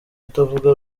atavuga